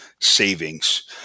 savings